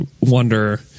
wonder